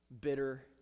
bitter